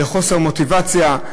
לחוסר מוטיבציה.